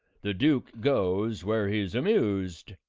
the duke goes where he's amused.